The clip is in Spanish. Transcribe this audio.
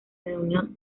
reunión